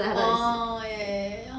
orh ya